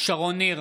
שרון ניר,